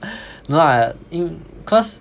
no lah 因 cause